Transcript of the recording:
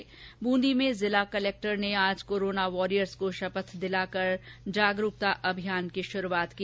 वहीं बूंदी में जिला कलक्टर ने आज कोरोना वॉरियर्स को शपथ दिलाकर जागरूकता अभियान की शुरूआत की